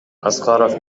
аскаров